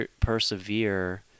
persevere